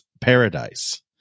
paradise